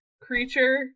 creature